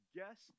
Guess